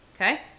Okay